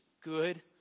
good